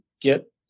get